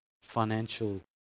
financial